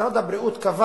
משרד הבריאות קבע